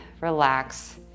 relax